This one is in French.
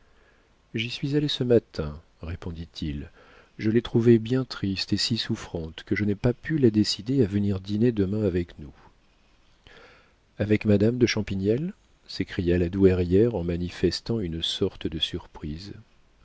j'y suis allé ce matin répond-il je l'ai trouvée bien triste et si souffrante que je n'ai pas pu la décider à venir dîner demain avec nous avec madame de champignelles s'écria la douairière en manifestant une sorte de surprise